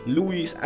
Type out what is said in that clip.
Louis